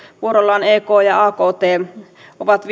vuorollaan ek ja akt ovat